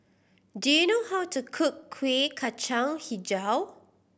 do you know how to cook Kuih Kacang Hijau